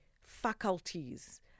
faculties